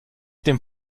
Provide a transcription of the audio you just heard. dem